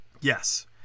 Yes